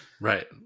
Right